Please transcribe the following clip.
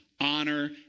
honor